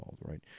right